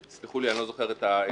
סלחו לי, אני לא זוכר את השם,